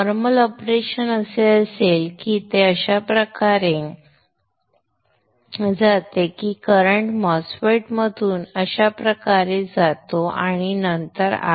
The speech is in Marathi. नॉर्मल ऑपरेशन असे असेल की ते अशा प्रकारे जाते की करंट MOSFET मधून अशा प्रकारे जातो आणि नंतर R